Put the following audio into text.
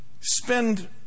spend